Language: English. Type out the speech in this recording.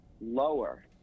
lower